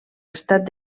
estat